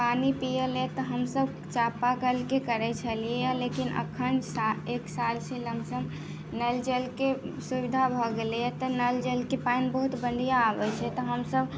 पानि पियैले तऽ हम सभ चापा कलके करै छेलियै लेकिन अखन साल एक साल से लम्प सम नल जलके सुविधा भऽ गेलै है तऽ नल जलके पानि बहुत बढ़िऑं आबै छै तऽ हम सभ